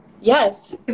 Yes